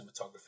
cinematography